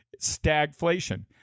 stagflation